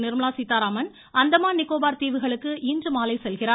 நிர்மலா சீதாராமன் அந்தமான் நிகோபார் தீவுகளுக்கு இன்றுமாலை செல்கிறார்